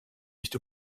nicht